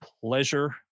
pleasure